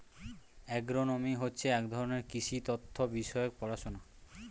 agronomy হচ্ছে এক ধরনের কৃষি তথ্য বিষয়ক পড়াশোনা